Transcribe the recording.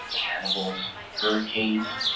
cannibals, hurricanes,